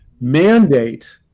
mandate